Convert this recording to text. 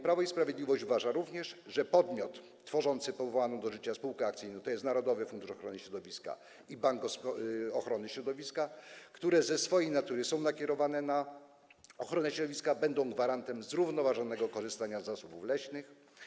Prawo i Sprawiedliwość uważa również, że podmioty tworzące powołaną do życia spółkę akcyjną, tj. narodowy fundusz ochrony środowiska i Bank Ochrony Środowiska, które ze swojej natury są nakierowane na ochronę środowiska, będą gwarantem zrównoważonego korzystania z zasobów leśnych.